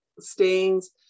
stains